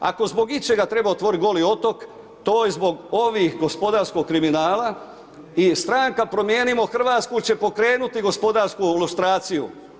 Ako zbog ičega treba otvoriti Goli otok, to je zbog ovih gospodarskog kriminala i stranka Promijenimo Hrvatsku će pokrenuti gospodarsku lustraciju.